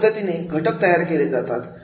अशा पद्धतीने घटक तयार केले जातात